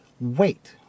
Wait